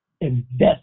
invest